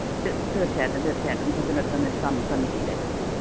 ത് തീര്ച്ചയായിട്ടും തീര്ച്ചയായിട്ടും ടീച്ചറിന്റെ അടുത്ത് സം സബ്മിറ്റ് ചെയ്തേക്കാം